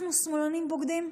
אנחנו שמאלנים בוגדים?